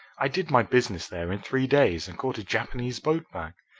i did my business there in three days and caught a japanese boat back.